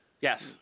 Yes